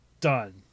Done